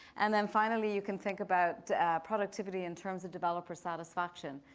and then finally, you can think about productivity in terms of developer satisfaction.